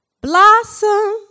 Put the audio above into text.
blossom